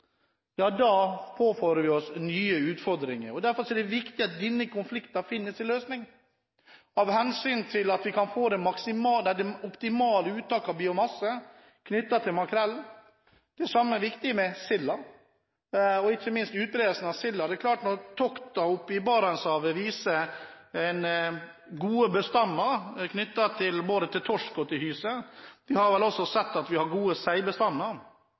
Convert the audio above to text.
påfører det oss nye utfordringer. Derfor er det viktig at denne konflikten finner sin løsning, slik at vi kan få et optimalt uttak av biomasse knyttet til makrellen. Det samme er viktig for sild – ikke minst når det gjelder utbredelsen av silda. Toktene oppe i Barentshavet viser gode bestander av både torsk og hyse. Vi har vel også sett at vi har gode seibestander.